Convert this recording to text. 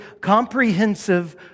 comprehensive